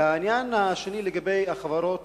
לגבי חברות